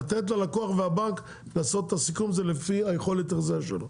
לתת ללקוח ולבנק לעשות את הסיכום הזה לפי יכולת ההחזר שלו.